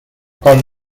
con